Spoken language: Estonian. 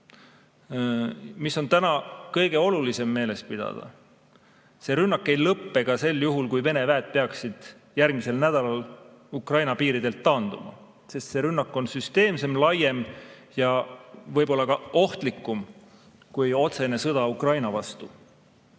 on täna kõige olulisem meeles pidada? See rünnak ei lõpe ka sel juhul, kui Vene väed peaksid järgmisel nädalal Ukraina piiridelt taanduma, sest see rünnak on süsteemsem, laiem ja võib-olla ka ohtlikum kui otsene sõda Ukraina vastu.